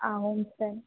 ಹಾಂ ಹೋಮ್ಸ್ಟೇ